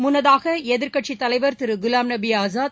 முன்னதாக எதிர்க்கட்சி தலைவர் திரு குலாம் நபி ஆசாத்